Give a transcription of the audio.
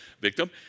victim